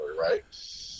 right